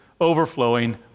overflowing